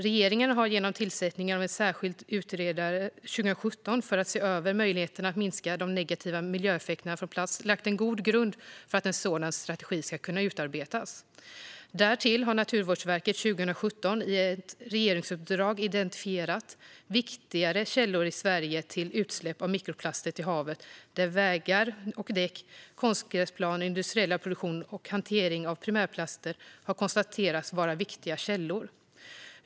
Regeringen har genom tillsättandet av en särskild utredare 2017 som ska se över möjligheterna att minska de negativa miljöeffekterna från plast lagt en god grund för att en sådan strategi ska kunna utarbetas. Därtill identifierade Naturvårdsverket 2017 i ett regeringsuppdrag viktigare källor i Sverige för utsläpp av mikroplaster till havet där vägar och däck, konstgräsplaner, industriell produktion och hantering av primärplaster har konstaterats vara viktiga källor.